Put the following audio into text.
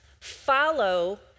follow